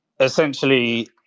essentially